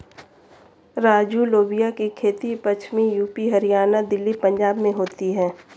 राजू लोबिया की खेती पश्चिमी यूपी, हरियाणा, दिल्ली, पंजाब में होती है